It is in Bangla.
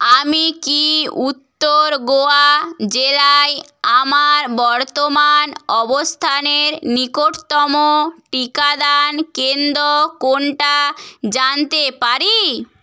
আমি কি উত্তর গোয়া জেলায় আমার বর্তমান অবস্থানের নিকটতম টিকাদান কেন্দ্র কোনটা জানতে পারি